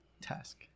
task